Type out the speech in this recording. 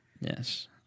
Yes